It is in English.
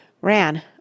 ran